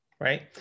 right